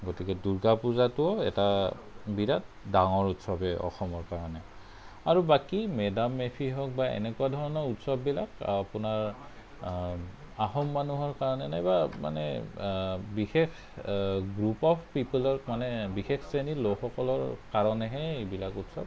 গতিকে দুৰ্গা পূজাটো এটা বিৰাট ডাঙৰ উৎসৱেই অসমৰ কাৰণে আৰু বাকী মে ডাম মে ফি হওক বা এনেকুৱা ধৰণৰ উৎসৱবিলাক আপোনাৰ আহোম মানুহৰ কাৰণে নাইবা মানে বিশেষ গ্ৰুপ অফ পিপলৰ মানে বিশেষ শ্ৰেণীৰ লোকসকলৰ কাৰণেহে এইবিলাক উৎসৱ